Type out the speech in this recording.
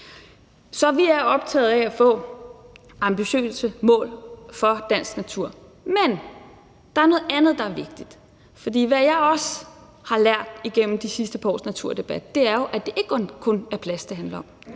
Så vi er optaget af at få ambitiøse mål for dansk natur; men der er noget andet, der er vigtigt. For hvad jeg også har lært gennem de sidste par års naturdebat, er jo, at det ikke kun er plads, det handler om.